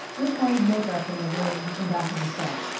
you'll find make-up in the room in back of the set.